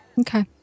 Okay